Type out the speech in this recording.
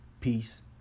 Peace